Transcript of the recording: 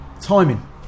Timing